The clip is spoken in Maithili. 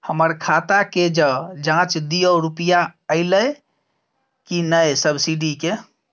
हमर खाता के ज जॉंच दियो रुपिया अइलै की नय सब्सिडी के?